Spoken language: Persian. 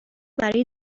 برای